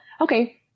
Okay